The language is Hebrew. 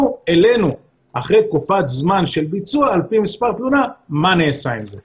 אלינו אחרי תקופת זמן של ביצוע על פי מספר תלונה מה נעשה עם זה.